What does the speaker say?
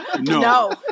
No